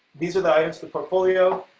these are the items for portfolio,